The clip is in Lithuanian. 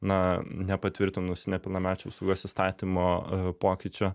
na nepatvirtinus nepilnamečių apsaugos įstatymo pokyčio